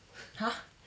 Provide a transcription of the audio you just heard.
!huh!